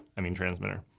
i mean transmitter.